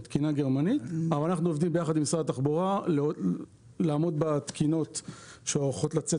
אנחנו עובדים יחד עם משרד התחבורה לעמוד בתקינות העתידיות,